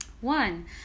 One